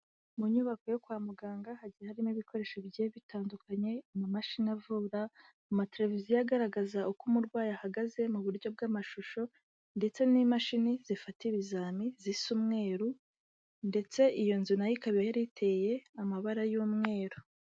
Mu nyubako yo kwa muganga hagiye harimo ibikoresho bigiye bitandukanye, amamashini avura, amateleviziyo agaragaza uko umurwayi ahagaze mu buryo bw'amashusho ndetse n'imashini zifata ibizami zisa umweru ndetse iyo nzu na yo ikaba yari iteye amabara y'umweru.